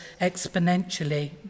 exponentially